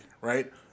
right